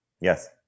Yes